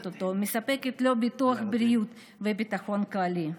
אותו ומספקת לו ביטוח בריאות וביטחון כללי.